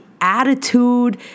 attitude